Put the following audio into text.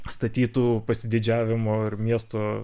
statytų pasididžiavimo ir miesto